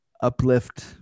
uplift